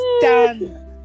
Done